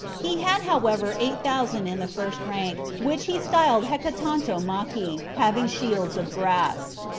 he had however eight thousand in the first rank, which he styled hecatontomachi, having shields of brass.